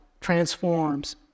transforms